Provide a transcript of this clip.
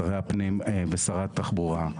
שרי הפנים ושרת התחבורה,